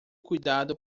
cuidado